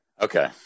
okay